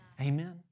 Amen